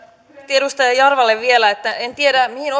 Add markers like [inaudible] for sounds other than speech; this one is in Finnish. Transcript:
edustaja jarvalle vielä en tiedä mihin [unintelligible]